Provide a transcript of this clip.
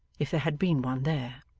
if there had been one there.